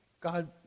God